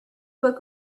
book